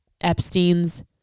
Epstein's